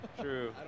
True